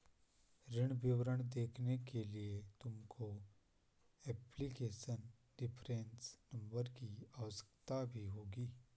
ऋण विवरण देखने के लिए तुमको एप्लीकेशन रेफरेंस नंबर की आवश्यकता भी होगी